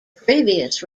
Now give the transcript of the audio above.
previous